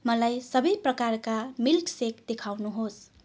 मलाई सबै प्रकारका मिल्कसेक देखाउनुहोस्